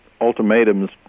ultimatums